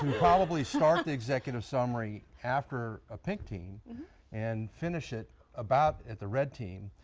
probably start the executive summary after a pink team and finish it about at the red team.